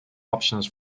options